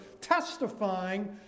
testifying